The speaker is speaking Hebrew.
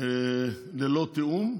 ללא תיאום,